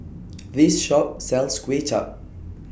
This Shop sells Kuay Chap